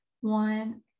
one